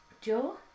Joe